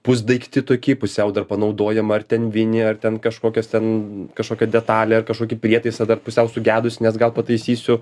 pusdaiktį tokį pusiau dar panaudojamą ar ten vinį ar ten kažkokias ten kažkokią detalę ar kažkokį prietaisą dar pusiau sugedusį nes gal pataisysiu